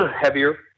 heavier